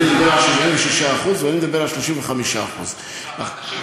אדוני מדבר על 76% ואני מדבר על 35%. אמרת,